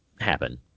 happen